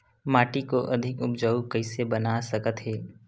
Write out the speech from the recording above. माटी को अधिक उपजाऊ कइसे बना सकत हे?